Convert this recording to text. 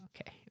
Okay